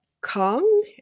Kong